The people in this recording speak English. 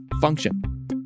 function